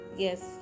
Yes